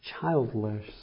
childless